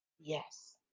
yes